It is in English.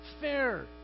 fair